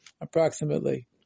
approximately